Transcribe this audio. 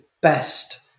best